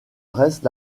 reste